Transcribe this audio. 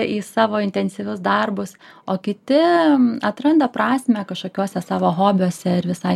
į savo intensyvius darbus o kiti atranda prasmę kažkokiuose savo hobiuose ir visai